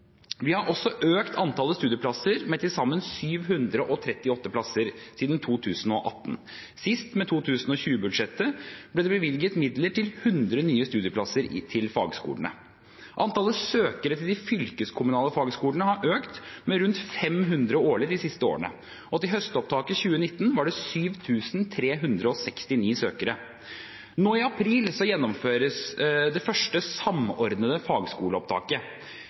sammen 738 plasser siden 2018. Sist med 2020-budsjettet ble det bevilget midler til 100 nye studieplasser til fagskolene. Antallet søkere til de fylkeskommunale fagskolene har økt med rundt 500 årlig de siste årene, og til høstopptaket 2019 var det 7 369 søkere. Nå i april gjennomføres det første samordnede fagskoleopptaket.